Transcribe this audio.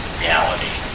reality